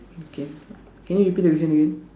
K can you repeat the question again